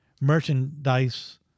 merchandise